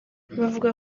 bavuga